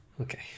Okay